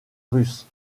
russe